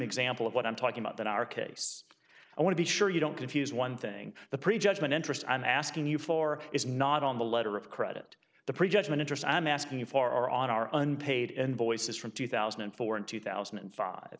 example of what i'm talking about than our case i want to be sure you don't confuse one thing the pre judgment interest i'm asking you for is not on the letter of credit the pre judgment interest i'm asking for are on our unpaid and voices from two thousand and four and two thousand and five